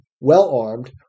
well-armed